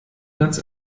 ganz